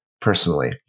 personally